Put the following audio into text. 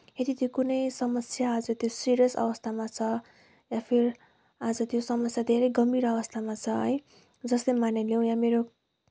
यदि त्यो कुनै समस्या अझ त्यो सिरियस अवस्थामा छ या फिर आज त्यो समस्या धेरै गम्भीर अवस्थामा छ है जस्तै मानिलिउँ या मेरो